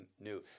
new